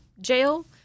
Jail